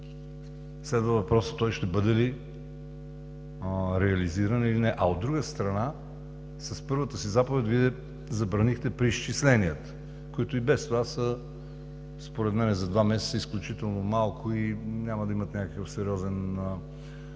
Следва въпросът: той ще бъде ли реализиран или не? А, от друга страна, с първата си заповед Вие забранихте преизчисленията, които според мен и без това за два месеца са изключително малко и няма да имат някакво сериозно